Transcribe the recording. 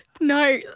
No